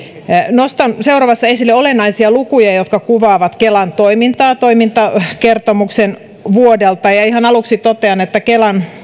nostan seuraavassa esille olennaisia lukuja jotka kuvaavat kelan toimintaa toimintakertomuksen vuodelta ja ihan aluksi totean että kelan